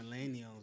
millennials